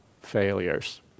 failures